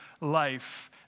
life